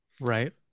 Right